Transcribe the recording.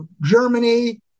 Germany